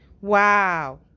Wow